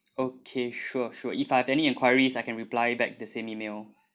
okay sure sure if I have any enquiries I can reply back the same E-mail